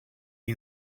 the